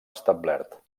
establert